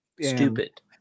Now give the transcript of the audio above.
Stupid